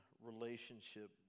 relationship